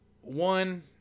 One